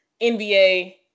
nba